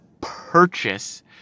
Purchase